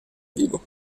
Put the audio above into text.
vivo